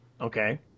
Okay